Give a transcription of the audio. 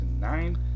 nine